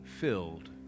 filled